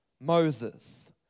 Moses